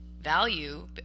value